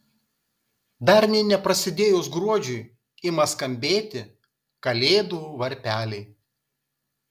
dar nė neprasidėjus gruodžiui ima skambėti kalėdų varpeliai